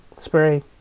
spray